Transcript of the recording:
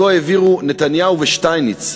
שאותו העבירו נתניהו ושטייניץ,